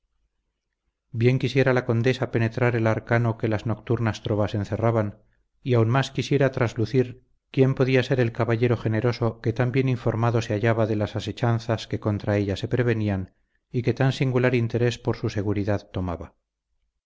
bien quisiera la condesa penetrar el arcano que las nocturnas trovas encerraban y aún más quisiera traslucir quién podía ser el caballero generoso que tan bien informado se hallaba de las asechanzas que contra ella se prevenían y que tan singular interés por su seguridad tomaba